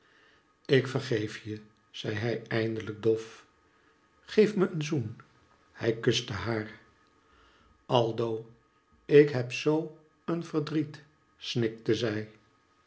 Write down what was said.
ik vergeef je zei hij eindelijk dof geef me een zoen hij kuste haar aldo ik heb zoo een verdriet snikte zij